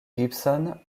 gibson